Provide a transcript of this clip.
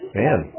man